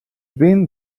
been